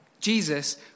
Jesus